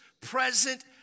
present